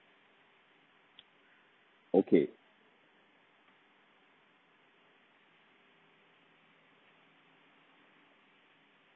okay